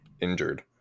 injured